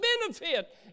benefit